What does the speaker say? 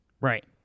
Right